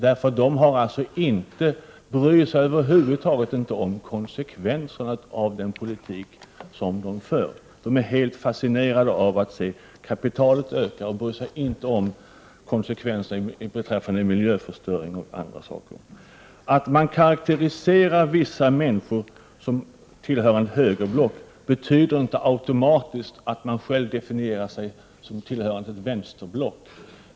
De bryr sig över huvud taget inte om konsekvenserna beträffande miljöförstöring och annat av den politik som de för. De är helt fascinerade av att se kapitalet öka. Att man karakteriserar vissa människor såsom tillhörande högerblocket betyder inte automatiskt att man definierar sig själv såsom tillhörande vänsterblocket.